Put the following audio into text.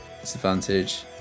Disadvantage